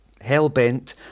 hell-bent